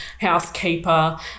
housekeeper